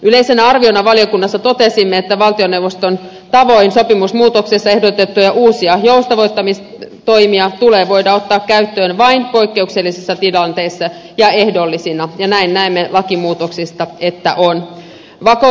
yleisenä arviona valiokunnassa totesimme että valtioneuvoston tavoin sopimusmuutoksessa ehdotettuja uusia joustavoittamistoimia tulee voida ottaa käyttöön vain poikkeuksellisissa tilanteissa ja ehdollisina ja näemme lakimuutoksista että näin on